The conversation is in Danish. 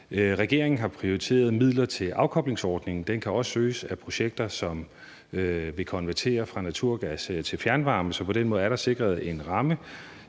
Regeringen har prioriteret midler til afkoblingsordningen. Den kan også søges af projekter, som vil konvertere fra naturgas til fjernvarme. Så på den måde er der sikret en ramme